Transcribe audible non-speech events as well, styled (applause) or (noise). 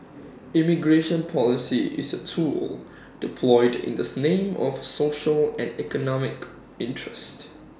immigration policy is A tool deployed in the (unintelligible) name of social and economic interest